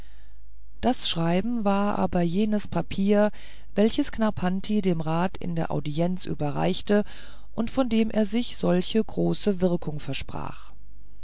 dies schreiben war aber jenes papier welches knarrpanti dem rat in der audienz überreichte und von dem er sich solche große wirkung versprach